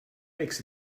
makes